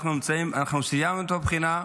אנחנו סיימנו את הבחינה,